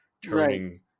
turning